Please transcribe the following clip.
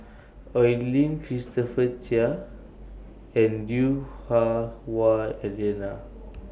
Oi Lin Christopher Chia and Lui Hah Wah Elena